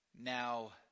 now